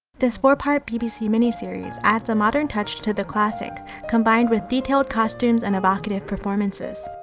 this four-part bbc miniseries adds a modern touch to the classic combined with detailed costumes and evocative performances.